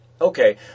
Okay